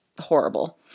horrible